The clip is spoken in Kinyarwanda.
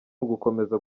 ugukomeza